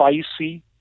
spicy